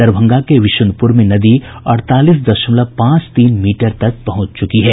दरभंगा के विश्नपुर में नदी अड़तालीस दशमलव पांच तीन मीटर तक पहुंच चुकी है